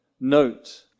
note